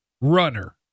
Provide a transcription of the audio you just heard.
runner